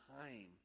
time